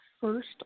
first